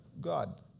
God